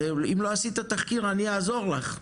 ואם לא עשית את התחקיר, אני אעזור לך.